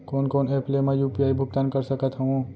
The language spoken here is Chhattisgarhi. कोन कोन एप ले मैं यू.पी.आई भुगतान कर सकत हओं?